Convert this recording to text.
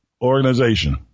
Organization